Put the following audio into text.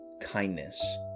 kindness